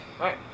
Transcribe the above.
Right